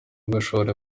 gushora